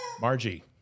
Margie